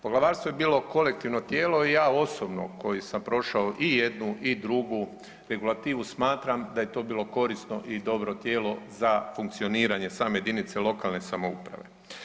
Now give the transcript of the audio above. Poglavarstvo je bilo kolektivno tijelo i ja osobno koji sam prošao i jednu i drugu regulativu smatram da je to bilo korisno i dobro tijelo za funkcioniranje same jedinice lokalne samouprave.